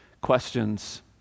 questions